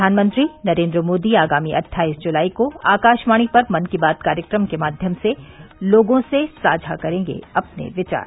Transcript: प्रधानमंत्री नरेन्द्र मोदी आगामी अट्ठाईस जुलाई को आकाशवाणी पर मन की बात कार्यक्रम के माध्यम से लोगों से साझा करेंगे अपने विचार